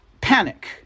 Panic